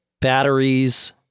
batteries